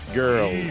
girl